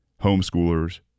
homeschoolers